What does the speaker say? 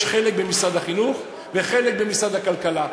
יש חלק במשרד החינוך וחלק במשרד הכלכלה.